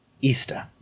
Easter